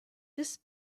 this